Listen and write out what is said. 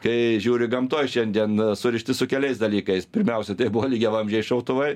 kai žiūri gamtoj šiandien surišti su keliais dalykais pirmiausia tai buvo lygiavamzdžiai šautuvai